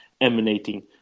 emanating